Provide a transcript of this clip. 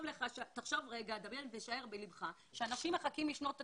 שער בלבך שאנשים מחכים משנות ה-90,